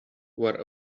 where